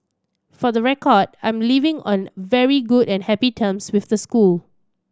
for the record I'm leaving on very good and happy terms with the school